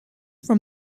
from